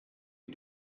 die